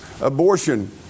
Abortion